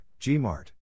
Gmart